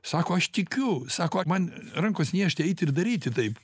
sako aš tikiu sako man rankos niežti eiti ir daryti taip